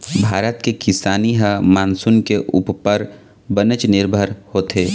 भारत के किसानी ह मानसून के उप्पर बनेच निरभर होथे